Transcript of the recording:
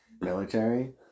Military